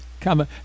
come